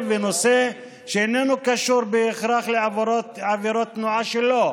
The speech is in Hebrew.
ונושא שאיננו קשור בהכרח לעבירות תנועה שלו.